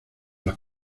las